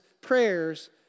prayers